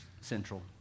Central